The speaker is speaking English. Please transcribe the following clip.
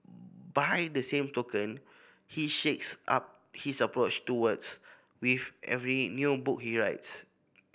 by the same token he shakes up his approach to words with every new book he writes